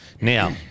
Now